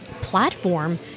platform